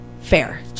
Fair